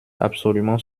absolument